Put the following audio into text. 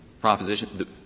proposition